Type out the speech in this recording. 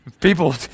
People